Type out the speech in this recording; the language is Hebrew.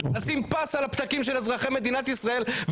לשים פס על הפתקים של אזרחי מדינת ישראל,